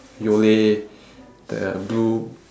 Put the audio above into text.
yole the blue